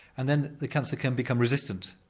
and then the cancer can become resistant,